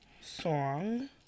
song